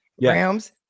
Rams